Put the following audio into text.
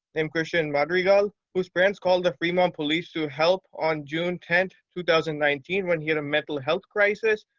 named christian madrigal, whose parents called the fremont police to help on june tenth, two thousand and nineteen when he had a mental health crisis.